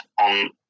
on